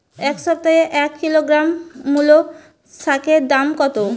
এ সপ্তাহে এক কিলোগ্রাম মুলো শাকের দাম কত?